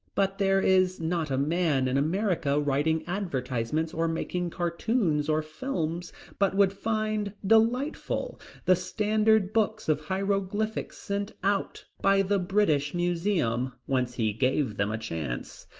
but there is not a man in america writing advertisements or making cartoons or films but would find delightful the standard books of hieroglyphics sent out by the british museum, once he gave them a chance.